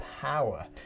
power